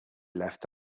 left